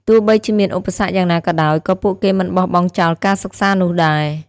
ទោះបីជាមានឧបសគ្គយ៉ាងណាក៏ដោយ ក៏ពួកគេមិនបោះបង់ចោលការសិក្សានោះដែរ។